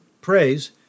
praise